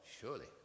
surely